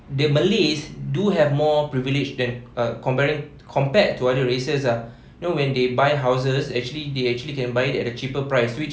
the malays do have more privilege than uh comparing compared to other races ah know when they buy houses actually they actually can buy it at a cheaper price which